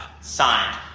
Signed